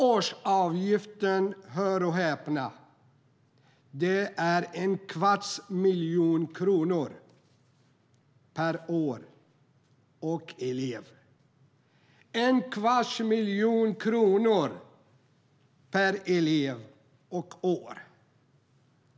Årsavgiften är - hör och häpna - en kvarts miljon kronor per år och elev. En kvarts miljon kronor per år och elev!